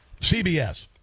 CBS